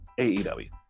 AEW